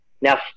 Now